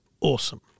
awesome